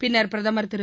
பின்னர் பிரதமர் திரு